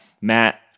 Matt